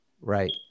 Right